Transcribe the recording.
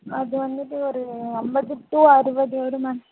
அது வந்துவிட்டு ஒரு ஐம்பது டு அறுபது வரும் மேம்